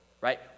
right